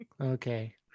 Okay